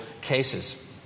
cases